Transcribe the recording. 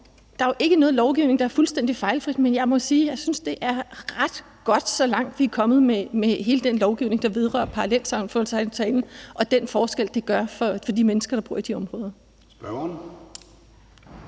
Der er jo ikke noget lovgivning, der er fuldstændig fejlfri, men jeg må sige, at jeg synes, at det er ret godt, så langt vi er kommet med hele den lovgivning, der vedrører parallelsamfund og den forskel, det gør for de mennesker, der bor i de områder.